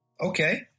Okay